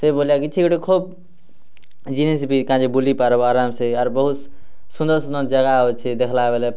ସେ ବୋଇଲା କି କିଛି ଗୁଟେ ଖୋବ୍ ଜିନିଷ୍ ବି କାଏଁ ଯେ କି ବୁଲି ପାର୍ବା ଆରାମସେ ଆରୁ ବହୁତ୍ ସୁନ୍ଦର ସୁନ୍ଦର ଜାଗା ଅଛେ ଦେଖ୍ଲା ବେଲେ